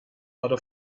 other